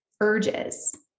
urges